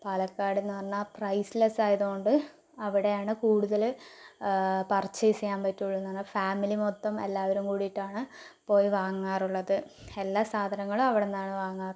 പാലക്കാടെന്ന് പറഞ്ഞാൽ പ്രൈസ്ലെസ്സ് ആയതുകൊണ്ട് അവിടെയാണ് കൂടുതൽ പർച്ചേസ് ചെയ്യാൻ പറ്റുകയുള്ളൂ എന്ന് പറഞ്ഞാൽ ഫാമിലി മൊത്തം എല്ലാവരും കൂടിയിട്ടാണ് പോയി വാങ്ങാറുള്ളത് എല്ലാ സാധനങ്ങളും അവിടുന്നാണ് വാങ്ങുക